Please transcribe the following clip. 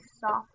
soft